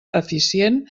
eficient